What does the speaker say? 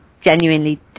genuinely